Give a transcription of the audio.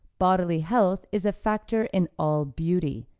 bodily health is a factor in all beauty.